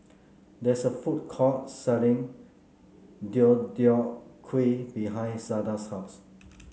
there's a food court selling Deodeok Gui behind Zada's house